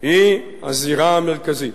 היא הזירה המרכזית.